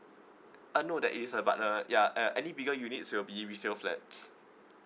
uh no that is uh but uh ya uh any bigger units will be resale flat